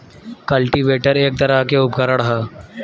cultivator एक तरह के उपकरण ह